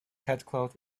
headcloth